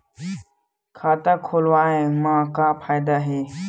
खाता खोलवाए मा का फायदा हे